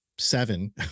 seven